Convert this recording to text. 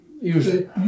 Usually